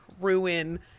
ruin